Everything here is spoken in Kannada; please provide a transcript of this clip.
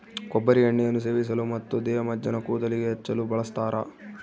ಕೊಬ್ಬರಿ ಎಣ್ಣೆಯನ್ನು ಸೇವಿಸಲು ಮತ್ತು ದೇಹಮಜ್ಜನ ಕೂದಲಿಗೆ ಹಚ್ಚಲು ಬಳಸ್ತಾರ